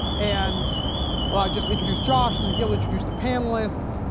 and i'll ah just introduced josh and then he'll introduce the panelists.